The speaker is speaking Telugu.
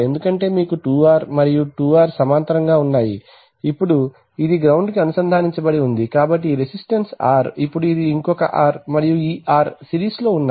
ఎందుకంటే మీకు 2R మరియు 2R సమాంతరంగా ఉన్నాయి ఇప్పుడు ఇది గ్రౌండ్ కి అనుసంధానించబడి ఉంది కాబట్టి ఈ రెసిస్టన్స్ R ఇప్పుడు ఇది ఇంకొక R మరియు ఈ R సిరీస్ లో ఉన్నాయి